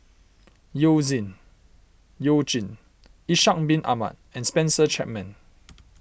You Zin You Jin Ishak Bin Ahmad and Spencer Chapman